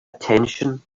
attention